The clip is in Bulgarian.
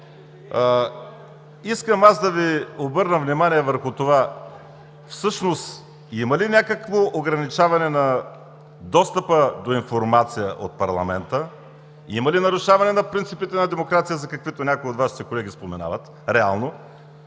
Искам да Ви обърна внимание върху това: всъщност има ли някакво ограничаване на достъпа до информация от парламента? Има ли нарушаване на принципите на демокрация, за каквито някои от Вашите колеги споменават реално?